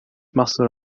massor